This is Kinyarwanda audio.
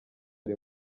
ari